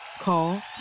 Call